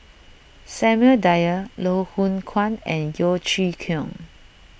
Samuel Dyer Loh Hoong Kwan and Yeo Chee Kiong